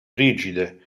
rigide